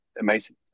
amazing